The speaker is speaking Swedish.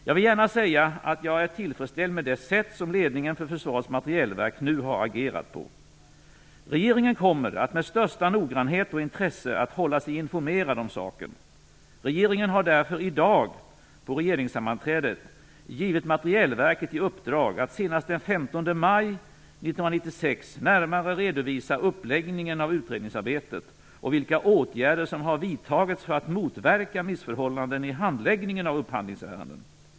Jag vill gärna säga att jag är tillfredsställd med det sätt som ledningen för Försvarets materielverk nu har agerat på. Regeringen kommer att med största noggrannhet och intresse att hålla sig informerad om saken. Regeringen har därför i dag på regeringssammanträdet givit Materielverket i uppdrag att senast den 15 maj 1996 närmare redovisa uppläggningen av utredningsarbetet och vilka åtgärder som vidtagits för att motverka missförhållanden i handläggningen av upphandlingsärenden.